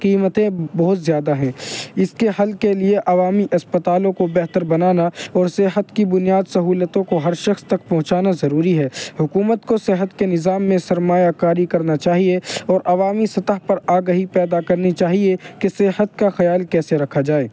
قیمتیں بہت زیادہ ہیں اس کے حل کے لیے عوامی اسپتالوں کو بہتر بنانا اور صحت کی بنیاد سہولتوں کو ہر شخص تک پہنچانا ضروری ہے حکومت کو صحت کے نظام میں سرمایہ کاری کرنا چاہیے اور عوامی سطح پرآگہی پیدا کرنی چاہیے کہ صحت کا خیال کیسے رکھا جائے